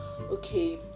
okay